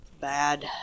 bad